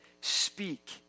speak